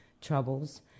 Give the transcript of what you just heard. troubles